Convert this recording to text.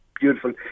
beautiful